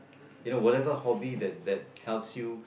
you know whatever hobby that that helps you